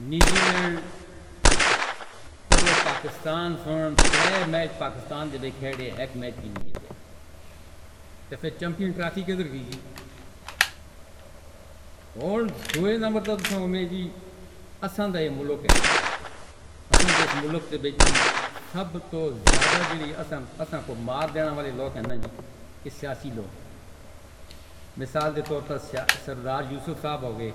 New Zealand کولو پاکستان فرام تڑے میچ۔ پاکستان میں کھیلے اک میچ وی نہ جتیا۔ پھر چیمپئن ٹرافی کتھّر گئی جی؟ اور دو نمبر تے میں اکھّے ملک آ۔ اصل جس ملک توں بیتی سب توں زیادہ چڑھی۔ اصل وچ کوئی مار ڈیوݨ والے لوک ہیں ناں جی۔ ریاسی لوک۔ مثال دے طور تے سردار یوسف صاحب ہو گئے۔